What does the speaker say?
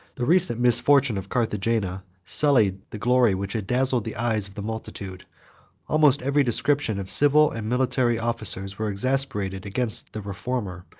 the recent misfortune of carthagena sullied the glory which had dazzled the eyes of the multitude almost every description of civil and military officers were exasperated against the reformer,